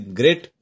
great